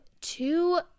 two